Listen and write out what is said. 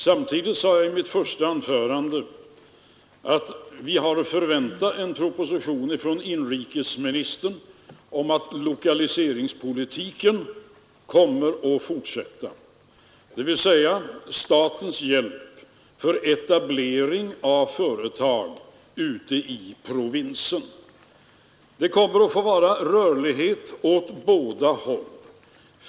Jag sade också i mitt första anförande att vi har att förvänta en proposition från inrikesministern om fortsatt lokaliseringspolitik, dvs. statens hjälp till etablering av företag ute i provinsen. Det kommer att krävas rörlighet åt båda hållen.